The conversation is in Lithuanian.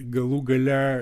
galų gale